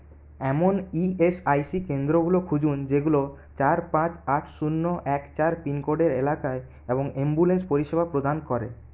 এমন E S I C কেন্দ্রগুলো খুঁজুন যেগুলো চার পাঁচ আট শূন্য এক চার পিনকোডের এলাকায় এবং অ্যাম্বুলেন্স পরিষেবা প্রদান করে